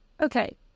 okay